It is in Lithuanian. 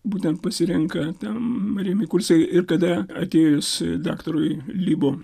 būtent pasirenka ten mikulska ir kada atėjus daktarui libo